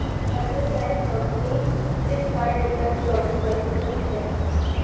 herbal life company Flipkart return चोबीस प्रतिशतछे